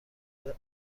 اهل